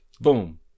Boom